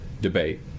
debate